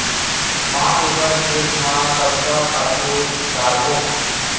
पांच एकड़ खेत म कतका खातु डारबोन?